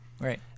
Right